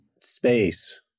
space